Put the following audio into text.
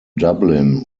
dublin